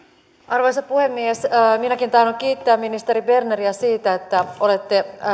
arvoisa puhemies minäkin tahdon kiittää ministeri berneriä siitä että olette